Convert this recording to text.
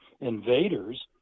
invaders